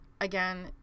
Again